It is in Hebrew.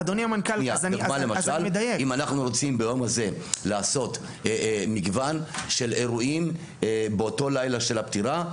אם אנחנו רוצים ביום הזה לעשות מגוון של אירועים באותו לילה של הפטירה,